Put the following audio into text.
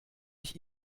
ich